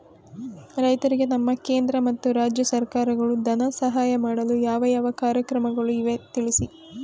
ರೈತರಿಗೆ ನಮ್ಮ ಕೇಂದ್ರ ಮತ್ತು ರಾಜ್ಯ ಸರ್ಕಾರಗಳು ಧನ ಸಹಾಯ ಮಾಡಲು ಯಾವ ಯಾವ ಕಾರ್ಯಕ್ರಮಗಳು ಇವೆ ತಿಳಿಸಿ?